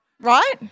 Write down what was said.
right